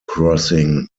crossing